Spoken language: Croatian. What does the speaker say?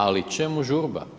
Ali čemu žurba?